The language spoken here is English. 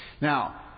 Now